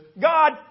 God